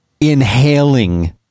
inhaling